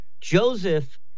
Joseph